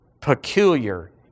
peculiar